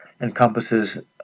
encompasses